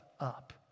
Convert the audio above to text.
up